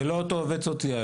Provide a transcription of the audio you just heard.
זה לא אותו עובד סוציאלי.